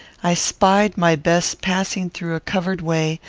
i spied my bess passing through a covered way,